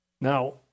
Now